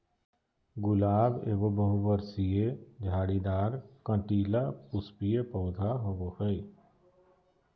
गुलाब एगो बहुवर्षीय, झाड़ीदार, कंटीला, पुष्पीय पौधा होबा हइ